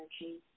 energy